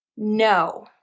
No